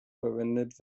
verwendet